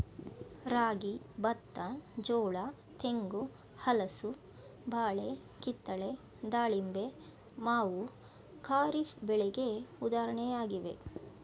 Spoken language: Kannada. ರಾಗಿ, ಬತ್ತ, ಜೋಳ, ತೆಂಗು, ಹಲಸು, ಬಾಳೆ, ಕಿತ್ತಳೆ, ದಾಳಿಂಬೆ, ಮಾವು ಖಾರಿಫ್ ಬೆಳೆಗೆ ಉದಾಹರಣೆಯಾಗಿವೆ